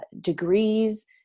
degrees